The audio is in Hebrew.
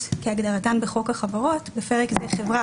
כהגדרתן בחוק החברות (בפרק זה חברה,